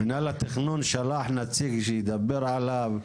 מינהל התכנון שלח נציג שידבר עליו.